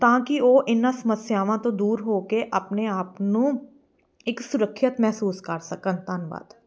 ਤਾਂ ਕਿ ਉਹ ਇਹਨਾਂ ਸਮੱਸਿਆਵਾਂ ਤੋਂ ਦੂਰ ਹੋ ਕੇ ਆਪਣੇ ਆਪ ਨੂੰ ਇੱਕ ਸੁਰੱਖਿਅਤ ਮਹਿਸੂਸ ਕਰ ਸਕਣ ਧੰਨਵਾਦ